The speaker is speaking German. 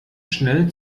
schnell